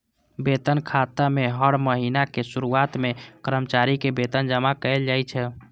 वेतन खाता मे हर महीनाक शुरुआत मे कर्मचारी के वेतन जमा कैल जाइ छै